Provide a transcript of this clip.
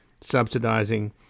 subsidising